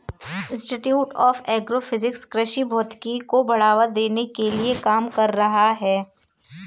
institute of agro physics कृषि भौतिकी को बढ़ावा देने के लिए काम कर रहा है